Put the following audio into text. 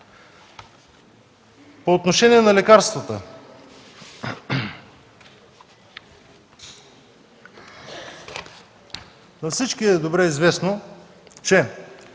По отношение на лекарствата. На всички е добре известно, че